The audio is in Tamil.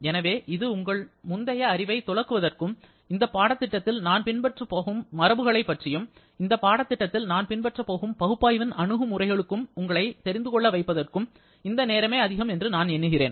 எனவே இது உங்கள் முந்தைய அறிவைத் துலக்குவதற்கும் இந்த பாடத்திட்டத்தில் நான் பின்பற்றப் போகும் மரபுகளை பற்றியும் இந்த பாடத்திட்டத்தில் நான் பின்பற்றப் போகும் பகுப்பாய்வின் அணுகுமுறைகளுக்கும் உங்களை தெரிந்துகொள்ள வைப்பதற்கும் இந்த நேரமே அதிகம் என்று நான் எண்ணுகிறேன்